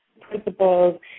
principles